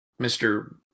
Mr